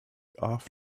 off